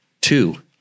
two